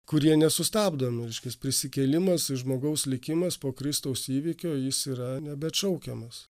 kurie nesustabdo reiškias prisikėlimas žmogaus likimas po kristaus įvykio jis yra nebeatšaukiamas